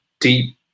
deep